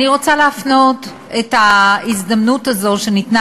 אני רוצה להפנות את ההזדמנות הזאת שניתנה